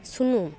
ᱥᱩᱱᱩᱢ